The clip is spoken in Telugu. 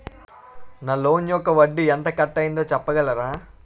నా లోన్ యెక్క వడ్డీ ఎంత కట్ అయిందో చెప్పగలరా?